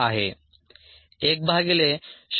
78 आणि 1 भागिले 0